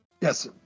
Yes